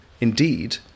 indeed